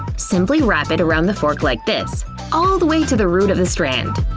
simply wrap it around the fork like this all the way to the root of the strand.